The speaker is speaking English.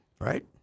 right